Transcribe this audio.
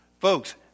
Folks